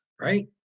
right